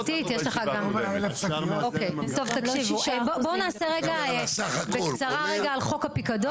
טוב תקשיבו, בואו נעשה רגע בקצרה על חוק הפיקדון.